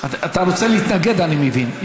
אתה רוצה להתנגד, אני מבין.